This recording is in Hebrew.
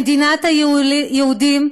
מדינת היהודים,